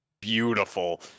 beautiful